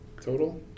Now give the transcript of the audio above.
total